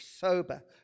sober